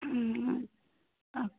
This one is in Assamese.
অঁ